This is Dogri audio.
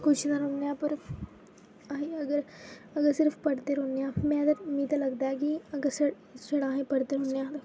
खुश दा मतलब पर अहें अगर अगर सिर्फ पढ़दे रौह्न्ने आं में मिगी ते लगदा कि अगर छड़ा अहें पढ़दे रौह्न्ने आं